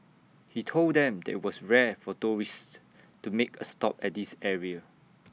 he told them that IT was rare for tourists to make A stop at this area